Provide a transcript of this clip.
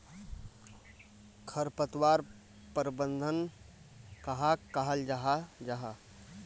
खरपतवार प्रबंधन कहाक कहाल जाहा जाहा?